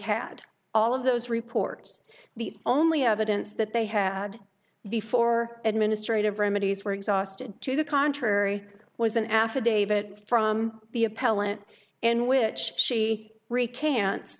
had all of those reports the only evidence that they had before administrative remedies were exhausted to the contrary was an affidavit from the appellant in which she recant